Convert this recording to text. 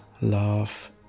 love